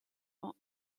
font